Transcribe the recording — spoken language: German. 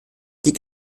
liegt